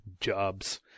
Jobs